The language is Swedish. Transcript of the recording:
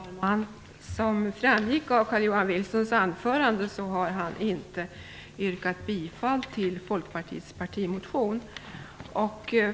Herr talman! Som framgick av Carl-Johan Wilsons anförande yrkade han inte bifall till Folkpartiets partimotion.